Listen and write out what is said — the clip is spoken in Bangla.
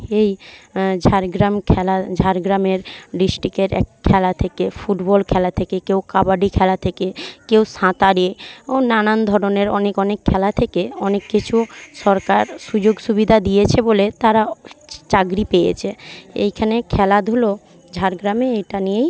এই ঝাড়গ্রাম খেলা ঝাড়গ্রামের ডিসট্রিকের এক খেলা থেকে ফুটবল খেলা থেকে কেউ কাবাডি খেলা থেকে কেউ সাঁতারে ও নানান ধরণের অনেক অনেক খেলা থেকে অনেক কিছু সরকার সুযোগ সুবিধা দিয়েছে বলে তারা চাকরি পেয়েছে এইখানে খেলাধুলো ঝাড়গ্রামে এটা নিয়েই